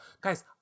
Guys